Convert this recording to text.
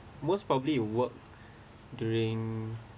most probably you work during